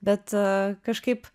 bet kažkaip